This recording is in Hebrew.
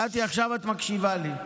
קטי, עכשיו את מקשיבה לי.